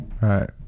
right